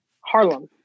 Harlem